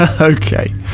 Okay